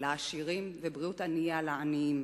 לעשירים ובריאות ענייה לעניים.